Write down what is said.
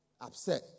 upset